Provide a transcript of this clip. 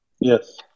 Yes